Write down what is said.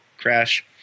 crash